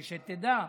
ותדע,